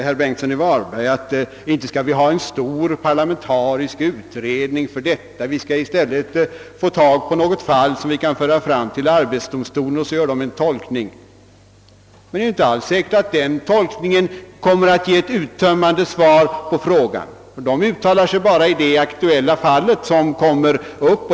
Herr Bengtsson i Varberg sade att vi inte skall ha en stor parlamentarisk utredning av denna fråga. Vi skall i stället försöka få tag på något fall som vi kan föra fram till arbetsdomstolen för att den skall göra en tolkning. Det är emellertid inte alls säkert att den tolkningen kommer att ge ett uttömmande svar på frågan. Arbetsdomstolen uttalar sig endast i det aktuella fallet.